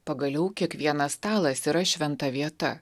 pagaliau kiekvienas stalas yra šventa vieta